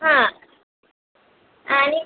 हा आणि